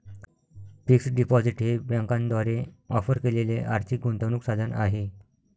fixed deposit हे बँकांद्वारे offer केलेले आर्थिक गुंतवणूक साधन आहे